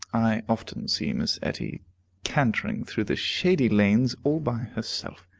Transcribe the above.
i often see miss etty cantering through the shady lanes all by herself.